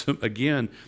again